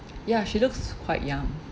ya she looks quite young